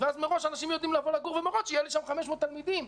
מראש אנשים יודעים לבוא ולגור ומראש יהיו שם 500 תלמידים.